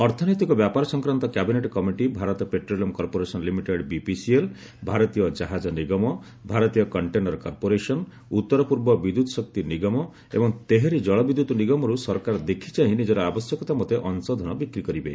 ଅର୍ଥନୈତିକ ବ୍ୟାପାର ସଂକ୍ରାନ୍ତ cabinet committee Bharat petroleum corporation limited BPCL ଭାରତୀୟ କାହାଜ ନିଗମ ଭାରତୀୟ କଣ୍ଟେନର କର୍ପୋରେସନ୍ ଉତ୍ତର ପୂର୍ବ ବିଦ୍ୟୁତ୍ ଶକ୍ତି ନିଗମ ଏବଂ ତେହେରି ଜଳବିଦ୍ୟୁତ୍ ନିଗମରୁ ସରକାର ଦେଖିଚାହିଁ ନିଜର ଆବଶ୍ୟକତା ମତେ ଅଂଶଧନ ବିକ୍ରି କରିବେ